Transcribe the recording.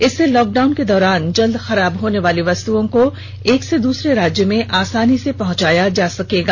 इससे लॉकडाउन के दौरान जल्दी खराब होने वाली वस्तेओं को एक से दूसरे राज्य में आसानी से पहुंचाया जा सकता है